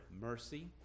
mercy